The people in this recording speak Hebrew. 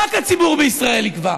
רק הציבור בישראל יקבע.